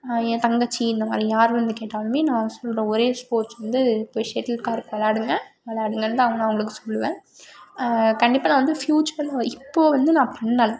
என் தங்கச்சி இந்த மாதிரி யார் வந்து கேட்டாலும் நான் சொல்கிற ஒரே ஸ்போர்ட்ஸ் வந்து போய் ஷெட்டில் கார்க் விளாடுங்க விளாடுங்கன்னு தான் நான் அவங்களுக்கு சொல்லுவேன் கண்டிப்பாக நான் வந்து ஃபியூச்சரில் இப்போது வந்து நான் பண்ணல